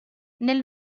nel